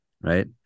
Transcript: right